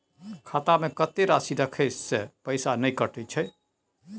खाता में कत्ते राशि रखे से पैसा ने कटै छै?